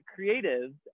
creatives